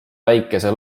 väikse